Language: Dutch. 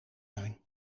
zijn